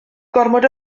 gormod